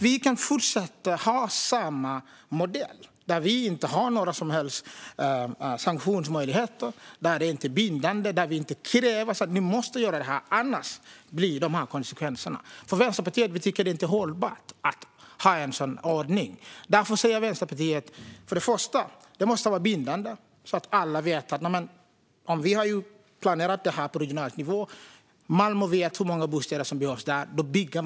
Vi kan inte fortsätta ha samma modell, där vi inte har några som helst sanktionsmöjligheter, där det inte är bindande, där vi inte ställer krav och säger att "ni måste göra det här, annars blir det konsekvenser". Vi i Vänsterpartiet tycker inte att det är hållbart att ha en sådan ordning. Därför säger Vänsterpartiet för det första att det måste vara bindande så att alla vet att om man har planerat detta på regional nivå, där man vet hur många bostäder som behövs, då ska det byggas.